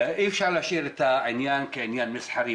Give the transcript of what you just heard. אי אפשר להשאיר את העניין כעניין מסחרי,